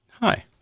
Hi